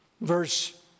verse